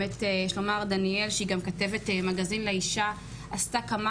דניאל היא כתבת מגזין "לאישה" עשתה כמה